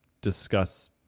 discuss